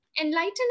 Enlighten